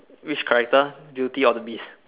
which character beauty or the beast